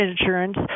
insurance